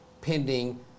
pending